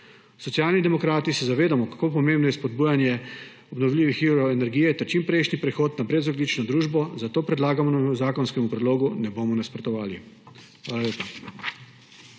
Socialni demokrati se zavedamo, kako pomembno je spodbujanje obnovljivih virov energije ter čimprejšnji prehod na brezogljično družbo, zato predlaganemu zakonskemu predlogu ne bomo nasprotovali. Hvala lepa.